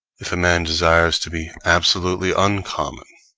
if a man desires to be absolutely uncommon,